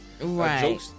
Right